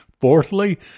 Fourthly